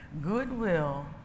goodwill